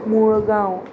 मुळगांव